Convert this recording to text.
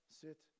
sit